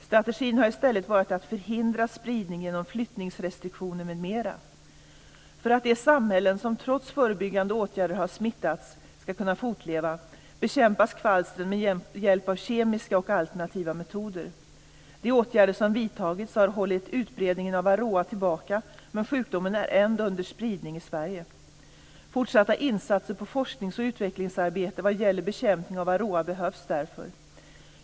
Strategin har i stället varit att förhindra spridning genom flyttningsrestriktioner m.m. För att de samhällen som trots förebyggande åtgärder har smittats ska kunna fortleva bekämpas kvalstren med hjälp av kemiska och alternativa metoder. De åtgärder som vidtagits har hållit utbredningen av varroa tillbaka, men sjukdomen är ändå under spridning i Sverige. Fortsatta insatser för forsknings och utvecklingsarbete vad gäller bekämpning av varroa behövs därför.